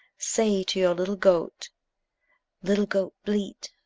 say to your little goat little goat, bleat!